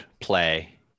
play